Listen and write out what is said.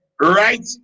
right